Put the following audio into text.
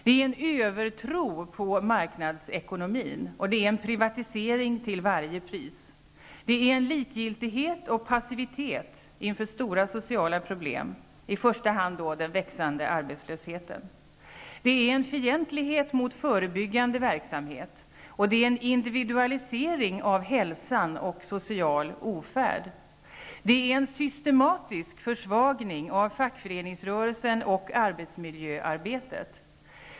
Det är en övertro på marknadsekonomin och en privatisering till varje pris. Det är en likgiltighet och passivitet inför stora sociala problem, i första hand då den växande arbetslösheten. Det är en fientlighet mot förebyggande verksamhet och det är en individualisering av ohälsa och social ofärd. Det är en systematiskt försvagning av fackföreningsrörelsen och arbetsmiljöarbetet.